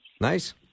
Nice